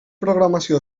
programació